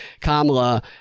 Kamala